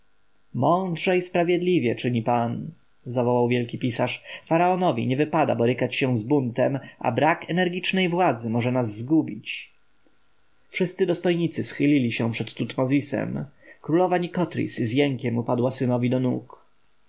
mądrze i sprawiedliwie czyni pan zawołał wielki pisarz faraonowi nie wypada borykać się z buntem a brak energicznej władzy może nas zgubić wszyscy dostojnicy schylili się przed tutmozisem królowa nikotris z jękiem upadła synowi do nóg